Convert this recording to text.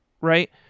right